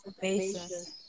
basis